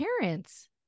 parents